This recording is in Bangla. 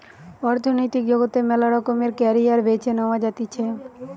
অর্থনৈতিক জগতে মেলা রকমের ক্যারিয়ার বেছে নেওয়া যাতিছে